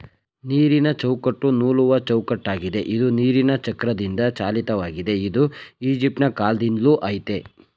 ನೀರಿನಚೌಕಟ್ಟು ನೂಲುವಚೌಕಟ್ಟಾಗಿದೆ ಇದು ನೀರಿನಚಕ್ರದಿಂದಚಾಲಿತವಾಗಿದೆ ಇದು ಈಜಿಪ್ಟಕಾಲ್ದಿಂದಲೂ ಆಯ್ತೇ